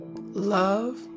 love